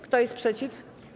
Kto jest przeciw?